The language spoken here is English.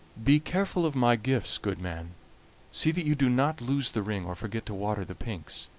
be careful of my gifts, good man see that you do not lose the ring or forget to water the pinks.